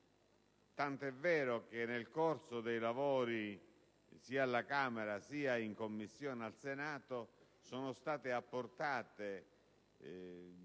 tant'è vero che nel corso dei lavori, sia alla Camera sia in Commissione al Senato, sono state approvate